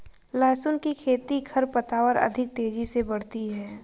लहसुन की खेती मे खरपतवार अधिक तेजी से बढ़ती है